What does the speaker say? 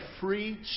free